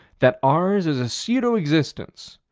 that ours is a pseudo-existence,